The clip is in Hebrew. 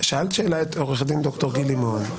שאלת שאלה את עורך דין גיל לימון.